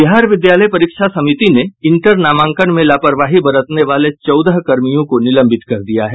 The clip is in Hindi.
बिहार विद्यालय परीक्षा समिति ने इंटर नामांकन में लापरवाही बरतने वाले चौदह कर्मियों को निलंबित कर दिया है